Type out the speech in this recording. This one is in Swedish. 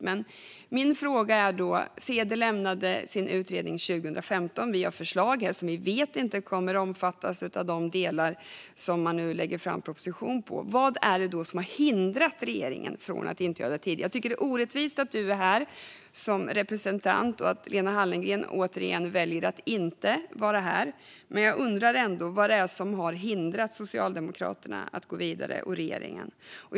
Men Ceder lämnade sin utredning 2015, och vi har förslag här som vi vet inte kommer att omfattas av de delar som man nu lägger fram en proposition om. Vad är det som har hindrat regeringen från att göra detta tidigare? Jag tycker att det är orättvist att Mats Wiking är här som representant och att Lena Hallengren återigen väljer att inte vara här, men jag undrar ändå vad det är som har hindrat Socialdemokraterna och regeringen att gå vidare.